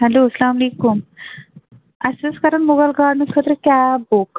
hello سلامُ علیکُم اَسہِ ٲس کرُن مُغل گارڈنس خٲطرٕ کَیٖب بُک